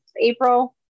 april